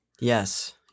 Yes